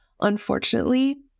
unfortunately